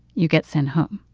you get sent home.